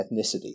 ethnicity